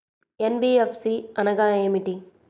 NBFC అనగా ఏమిటీ?